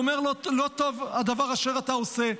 אומר לו: "לא טוב הדבר אשר אתה עֹשה".